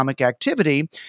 activity